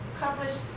published